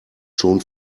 schon